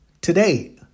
Today